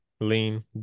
lean